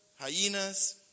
hyenas